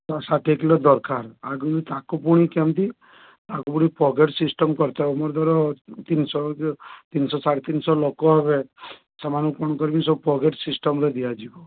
ତ ଷାଠିଏ କିଲୋ ଦରକାର ଆଗକୁ ତାକୁ ପୁଣି କେମିତି ତାକୁ ପୁଣି ପକେଟ ସିଷ୍ଟମ କରିତେ ହେବ ମୋର ଧର ତିନିଶହ କିବା ତିନିଶହ ସାଢ଼େ ତିନିଶହ ଲୋକ ହେବେ ସେମାନଙ୍କୁ କ'ଣ କରିବି ସବୁ ପକେଟ ସିଷ୍ଟମରେ ଦିଆଯିବ